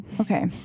Okay